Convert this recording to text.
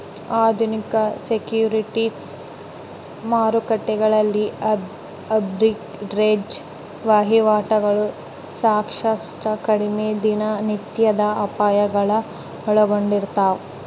ಆಧುನಿಕ ಸೆಕ್ಯುರಿಟೀಸ್ ಮಾರುಕಟ್ಟೆಗಳಲ್ಲಿನ ಆರ್ಬಿಟ್ರೇಜ್ ವಹಿವಾಟುಗಳು ಸಾಕಷ್ಟು ಕಡಿಮೆ ದಿನನಿತ್ಯದ ಅಪಾಯಗಳನ್ನು ಒಳಗೊಂಡಿರ್ತವ